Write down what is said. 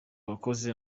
abakozi